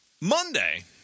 Monday